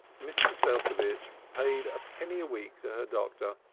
mrs. belcovitch paid a penny a week to her doctor,